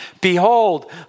Behold